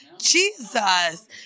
Jesus